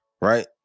right